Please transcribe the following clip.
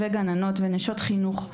גננות ואנשי חינוך,